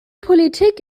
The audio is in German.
politik